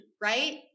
right